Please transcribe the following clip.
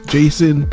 Jason